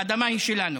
האדמה היא שלנו.